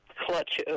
clutch